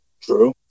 True